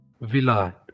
Villa